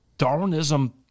Darwinism